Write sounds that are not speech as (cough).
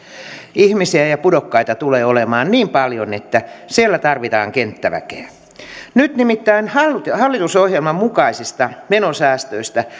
ihmisiä ja pudokkaita tulee olemaan niin paljon että siellä tarvitaan kenttäväkeä nyt nimittäin hallitusohjelman mukaisista menosäästöistä (unintelligible)